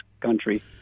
country